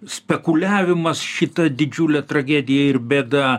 spekuliavimas šita didžiule tragedija ir bėda